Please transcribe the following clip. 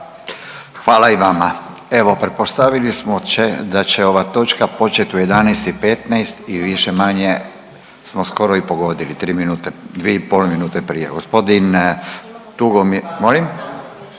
Hvala i vama. Evo pretpostavili smo će, da će ova točka počet u 11 i 15 i više-manje smo skoro i pogodili, 3 minute, 2,5 minute prije. Gospodin Tugomir…/Upadica